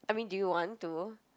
I mean do you want to